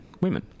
women